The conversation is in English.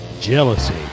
Jealousy